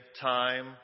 time